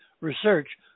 research